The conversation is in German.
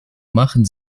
machen